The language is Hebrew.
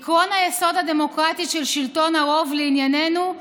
עקרון היסוד הדמוקרטי של שלטון הרוב לענייננו,